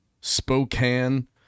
Spokane